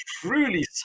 truly